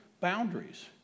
boundaries